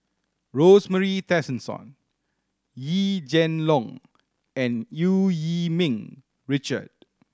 Rosemary Tessensohn Yee Jenn Long and Yu Yee Ming Richard